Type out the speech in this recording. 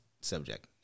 subject